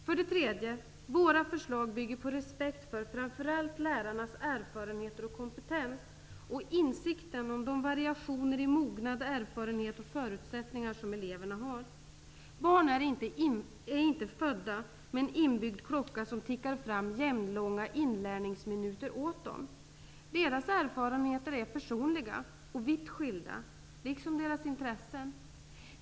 För det tredje: Våra förslag bygger på respekt för framför allt lärarnas erfarenheter och kompetens samt insikten om de variationer i mognad, erfarenhet och förutsättningar som eleverna har. Barn är inte födda med en inbyggd klocka som tickar fram jämnlånga inlärningsminuter åt dem. Deras erfarenheter är personliga och vitt skilda, liksom deras intressen.